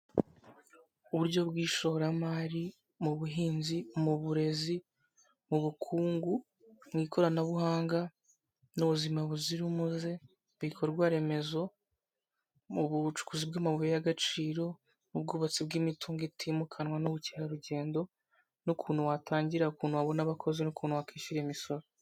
Uburyo bw'ishoramari mu buhinzi, mu burezi, mu bukungu, mu ikoranabuhanga, n'ubuzima buzira umuze, ibikorwa Remezo, mu bucukuzi bw'amabuye y'agaciro, mu bwubatsi bw'imitungo itimukanwa n'ubukerarugendo, n'ukuntu watangira, ukuntu wabona abakozi n'ukuntu wakwishyura imisoro.